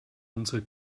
unsere